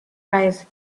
prize